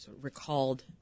recalled